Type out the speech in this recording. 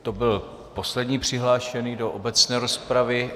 To byl poslední přihlášený do obecné rozpravy.